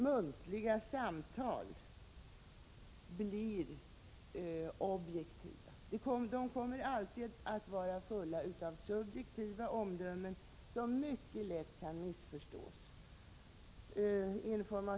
Muntlig information från lärare till förälder kommer alltid att vara full av subjektiva omdömen som mycket lätt kan missförstås.